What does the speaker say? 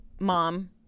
mom